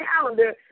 calendar